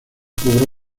cubre